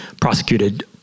prosecuted